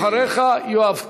ולאחריך, יואב קיש.